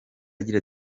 agira